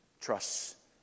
trusts